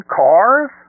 cars